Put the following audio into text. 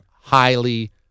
highly—